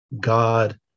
God